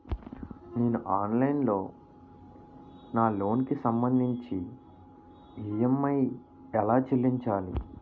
నేను ఆన్లైన్ లో నా లోన్ కి సంభందించి ఈ.ఎం.ఐ ఎలా చెల్లించాలి?